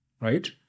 right